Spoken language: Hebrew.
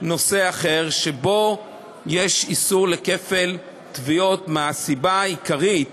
נושא אחר שבו יש איסור כפל תביעות, מהסיבה העיקרית